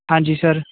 ਹਾਂਜੀ ਸਰ